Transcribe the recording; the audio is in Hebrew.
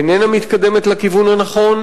שאיננה מתקדמת לכיוון הנכון,